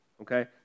Okay